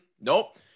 Nope